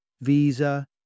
Visa